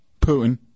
Putin